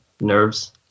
nerves